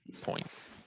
points